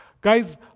Guys